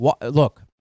Look